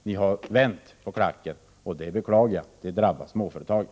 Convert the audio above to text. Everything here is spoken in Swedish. Ni har vänt på klacken, och det beklagar jag. Det drabbar småföretagen.